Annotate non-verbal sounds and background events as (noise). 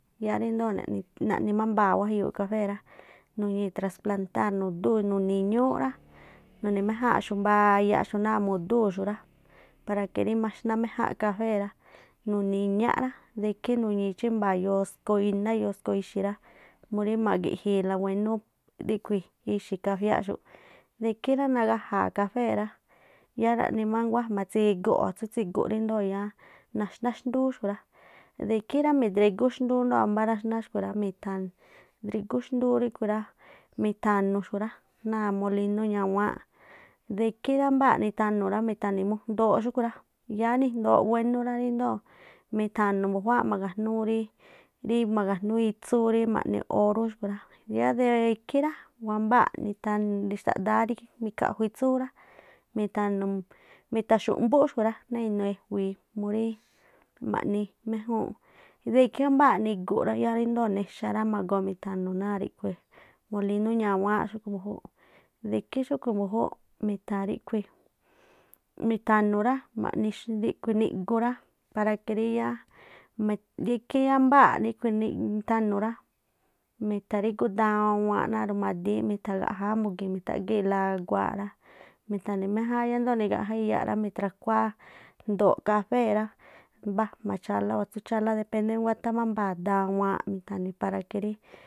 Yáá ríndoo̱ naꞌni ḿ mbaa̱ wájayuuꞌ kafé rá, nuñii̱ trasplantar nu̱dú nuni̱ iñúúꞌ rá, nuni̱ méjáa̱nꞌxu̱ mbaayaꞌxu̱ꞌ náa̱ mu̱dúu̱xu̱ rá ́para que rí maxná méjánꞌ kafé, nuni̱ iñá rá de ikhí nuñii̱ chímba̱a̱ yoskoo iná, yoskoo ixi̱ rá, murí ma̱gi̱ꞌji̱i̱-la wénú ríꞌkhui̱ ixi̱ kafiáxuꞌ, de ikhí nagaja̱a̱ kafée̱ rá yáá naꞌni má nguá jma tsiguꞌ o̱ atsú tsiguꞌ ríndoo̱ naxná xndúú xku̱ rá. De ikhí rá mitdrigú xndúú ndoo̱ ámbá raxná xku̱ rá mi̱tha̱n mitdrigú xndúú ríꞌkhu̱ rá, mi̱thanu̱ xkhu rá náa̱ molinó ñawáánꞌ de ikhí rá nddoo̱ wámbáa̱ nithanu̱ rá mitha̱ni̱ mujndoo xúꞌkhui̱ rá. yáá nijndooꞌ wénú rá ridoo̱ mitha̱nu̱ mbu̱juáá ma̱̱gajnúú ríí rí maga̱jnúú itsúú rí maꞌni oró xkhui̱ rá. Yáá de ikhí rá wámbáa̱ꞌ xtaꞌdáá rí mikhaꞌju itsúú rá, mi̱thanu̱ mitha̱xu̱ꞌmbúꞌ xkhui̱ rá, náa̱ inuu e̱jui̱i murí maꞌni méjúúnꞌ, de ikhí mbáa̱ꞌ niguꞌ rá yáá ndoo̱ nexa rá, ma̱go̱o̱ mi̱tha̱nu̱ náa̱ ríꞌkhui̱ molinú ñawáánꞌ xúꞌkhu̱ mbu̱júúꞌ, de ikhí xúꞌkhu̱ mbu̱júúꞌ mitha̱ ríꞌkhu̱, mi̱tha̱nu̱ rá maꞌni xn ríꞌkhu̱ niguꞌ rá para que rí yáá, (unintelligible) rikhí yámbáa̱ꞌ (unintelligible) nithanu̱ rá, mitha̱rígu dawaanꞌ náa̱ rumadííꞌ mi̱tha̱gaꞌjáá mugi̱i̱n, mitha̱ꞌgíi̱ꞌla aguaaꞌ rá, mithani méjáánꞌ yáá ríndoo̱ nigaꞌjá iyaꞌ rá, mi̱thra̱kuáá jndo̱o̱ kafé rá mbá ajma̱ chálá o̱ atsup chálá dependede má nguáthá má mbaa̱ dawaanꞌ mithani̱ para que rí.